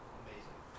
amazing